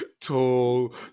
tall